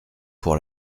pour